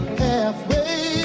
halfway